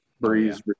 Breeze